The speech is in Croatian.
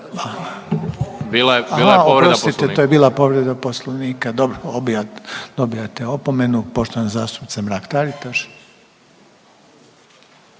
bila povreda poslovnika. Dobro, dobijate opomenu. Poštovana zastupnica Mrak Taritaš.